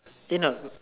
think now